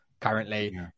currently